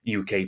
uk